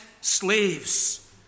slaves